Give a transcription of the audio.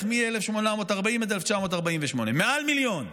בערך מ-1840 עד 1948. מעל מיליון,